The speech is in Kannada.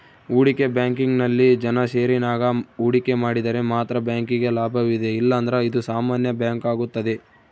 ಹೂಡಿಕೆ ಬ್ಯಾಂಕಿಂಗ್ನಲ್ಲಿ ಜನ ಷೇರಿನಾಗ ಹೂಡಿಕೆ ಮಾಡಿದರೆ ಮಾತ್ರ ಬ್ಯಾಂಕಿಗೆ ಲಾಭವಿದೆ ಇಲ್ಲಂದ್ರ ಇದು ಸಾಮಾನ್ಯ ಬ್ಯಾಂಕಾಗುತ್ತದೆ